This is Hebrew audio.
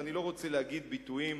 ואני לא רוצה להגיד ביטויים